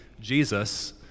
Jesus